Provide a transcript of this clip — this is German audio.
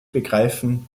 begreifen